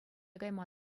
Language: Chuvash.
кайма